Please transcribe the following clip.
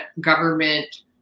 government